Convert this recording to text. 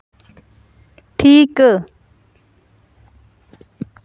ᱴᱷᱤᱼᱠᱟᱹ